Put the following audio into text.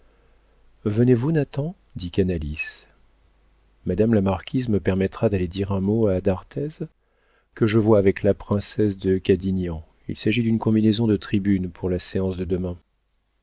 venez-vous nathan dit canalis madame la marquise me permettra d'aller dire un mot à d'arthez que je vois avec la princesse de cadignan il s'agit d'une combinaison de tribune pour la séance de demain